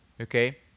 Okay